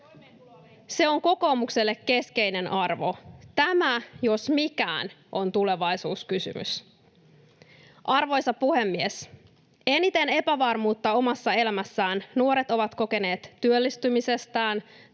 Se on kokoomukselle keskeinen arvo. Tämä, jos mikään, on tulevaisuuskysymys. Arvoisa puhemies! Eniten epävarmuutta omassa elämässään nuoret ovat kokeneet työllistymisestään,